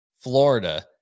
Florida